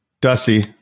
Dusty